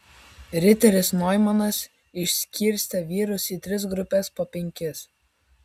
riteris noimanas išskirstė vyrus į tris grupes po penkis